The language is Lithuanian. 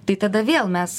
tai tada vėl mes